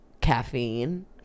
caffeine